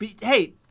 hey